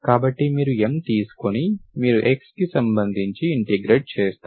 కాబట్టి మీరు M తీసుకుని మీరు xకి సంబంధించి ఇంటిగ్రేట్ చేస్తారు